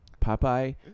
Popeye